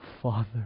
Father